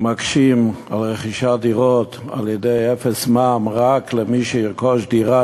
מקשים על רכישת דירות באפס מע"מ רק למי שירכוש דירה,